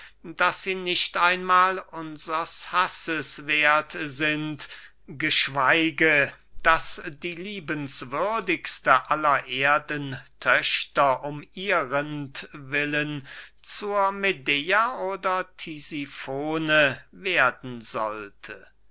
daß sie nicht einmahl unsers hasses werth sind geschweige daß die liebenswürdigste aller erdentöchter um ihrentwillen zur medea oder tisifone werden sollte